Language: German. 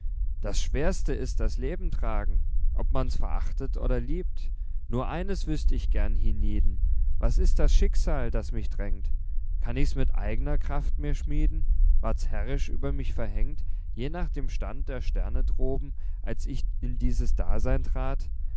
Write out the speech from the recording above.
das schwerste ist das leben tragen ob man's verachtet oder liebt nur eines wüßt ich gern hienieden was ist das schicksal das mich drängt kann ich's mit eigner kraft mir schmieden ward's herrisch über mich verhängt je nach dem stand der sterne droben als ich in dieses dasein trat